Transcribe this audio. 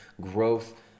growth